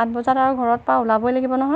আঠ বজাত আৰু ঘৰৰপৰা ওলাবই লাগিব নহয়